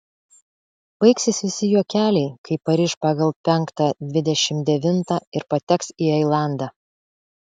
baigsis visi juokeliai kai pariš pagal penktą dvidešimt devintą ir pateks į ailandą